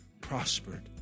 prospered